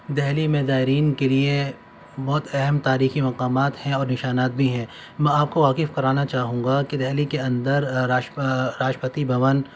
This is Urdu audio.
دہلی میں زائرین کے لیے بہت اہم تاریخی مقامات ہیں اور نشانات بھی ہیں میں آپ کو واقف کرانا چاہوں گا کہ دہلی کے اندر راشٹرپتی بھون